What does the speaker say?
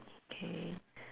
okay